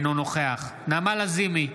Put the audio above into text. אינו נוכח נעמה לזימי,